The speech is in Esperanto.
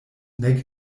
nek